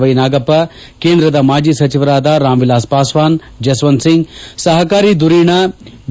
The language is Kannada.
ವೈ ನಾಗಪ್ಪ ಕೇಂದ್ರದ ಮಾಜಿ ಸಚಿವರಾದ ರಾಮ್ ವಿಲಾಸ್ ಪಾಸ್ವಾನ್ ಜಿಸ್ವಂತ್ ಸಿಂಗ್ ಸಹಕಾರಿ ಧುರೀಣ ವಿ